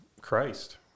Christ